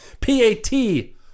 p-a-t